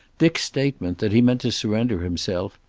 dick's statement, that he meant to surrender himself,